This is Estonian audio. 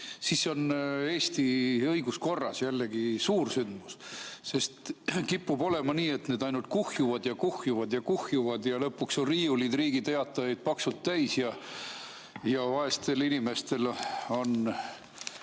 see on Eesti õiguskorras jällegi suursündmus, sest kipub olema nii, et seadused ainult kuhjuvad, kuhjuvad ja kuhjuvad ning lõpuks on riiulid Riigi Teatajaid paksult täis. Vaestel inimestel on